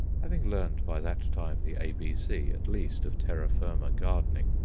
having learned by that time the abc, at least, of terra-firma gardening,